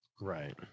Right